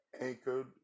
Anchored